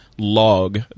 Log